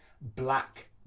black